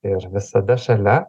ir visada šalia